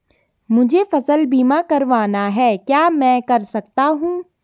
मुझे फसल बीमा करवाना है क्या मैं कर सकता हूँ?